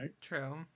True